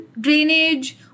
drainage